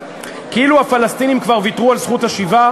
כאילו הפלסטינים כבר ויתרו על זכות השיבה,